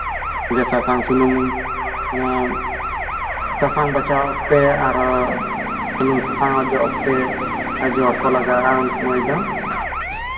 ᱥᱟᱥᱟᱝ ᱥᱩᱱᱩᱢ ᱥᱟᱥᱟᱝ ᱵᱟᱪᱷᱟᱣ ᱛᱮ ᱟᱨᱚ ᱥᱩᱱᱩᱢ ᱥᱟᱥᱟᱝ ᱚᱡᱚᱜ ᱚᱠᱛᱮ ᱯᱮᱡᱚᱲ ᱠᱚ ᱞᱟᱜᱟᱜᱼᱟ ᱩᱱ ᱥᱚᱢᱚᱭ ᱫᱚ